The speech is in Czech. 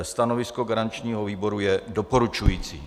Stanovisko garančního výboru je doporučující.